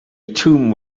tomb